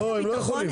לא, הם לא יכולים.